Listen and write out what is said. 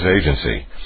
agency